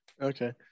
Okay